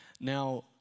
Now